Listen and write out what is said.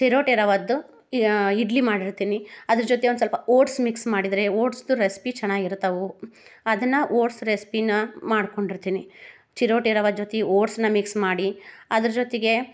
ಚಿರೋಟಿ ರವೆಯದ್ದು ಇಡ್ಲಿ ಮಾಡಿರ್ತೀನಿ ಅದ್ರ ಜೊತೆ ಒಂದುಸ್ವಲ್ಪ ಓಟ್ಸ್ ಮಿಕ್ಸ್ ಮಾಡಿದರೆ ಓಟ್ಸದ್ದು ರೆಸ್ಪಿ ಚೆನ್ನಾಗಿರ್ತಾವು ಅದನ್ನು ಓಟ್ಸ್ ರೆಸ್ಪಿನ ಮಾಡ್ಕೊಂಡಿರ್ತೀನಿ ಚಿರೋಟಿ ರವೆ ಜೊತೆ ಓಟ್ಸ್ನ ಮಿಕ್ಸ್ ಮಾಡಿ ಅದ್ರ ಜೊತೆಗೆ